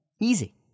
Easy